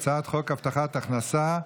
הצעת חוק הבטחת הכנסה,